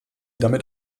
damit